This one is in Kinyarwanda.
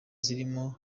zirimo